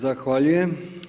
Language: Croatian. Zahvaljujem.